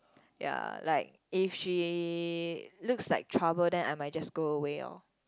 ya like if she looks like trouble then I might just go away orh